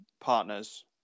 partners